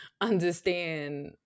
understand